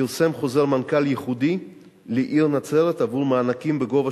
פרסם חוזר מנכ"ל ייחודי לעיר נצרת עבור מענקים בגובה